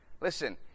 Listen